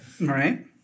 Right